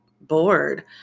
bored